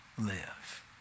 live